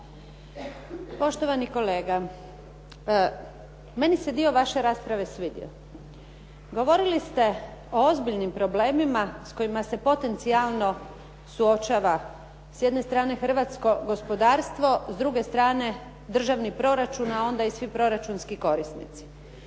Poštovani kolega, meni se dio vaše rasprave svidio. Govorili ste o ozbiljnim problemima s kojima se potencijalno suočava s jedne strane hrvatsko gospodarstvo, s druge strane državni proračun, a onda i svi proračunski korisnici.